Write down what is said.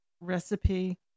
recipe